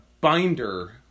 binder